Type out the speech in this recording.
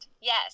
Yes